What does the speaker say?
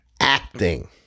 acting